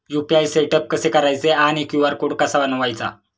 UPI setup कसे करायचे आणि क्यू.आर कोड कसा बनवायचा?